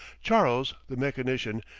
charles, the mechanician,